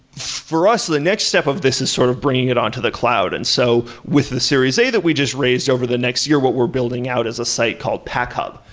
for us, the next step of this is sort of bringing it on to the cloud. and so with the series a that we just raised over the next year, what we're building out is a site called packhub,